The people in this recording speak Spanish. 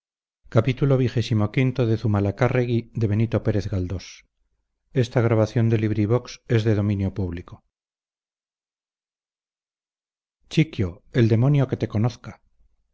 chiquio el demonio que te conozca